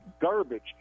garbage